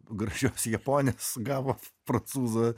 gražios japonės gavo prancūzą